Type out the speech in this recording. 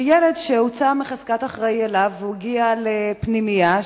שילד שהוצא מחזקת האחראי לו והגיע לפנימייה,